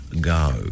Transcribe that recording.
go